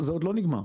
ומגיע לכאן.